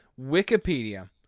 Wikipedia